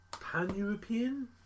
pan-European